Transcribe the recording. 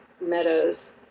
Meadows